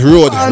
Road